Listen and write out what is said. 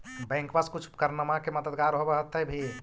बैंकबा से कुछ उपकरणमा के मददगार होब होतै भी?